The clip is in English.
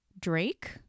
Drake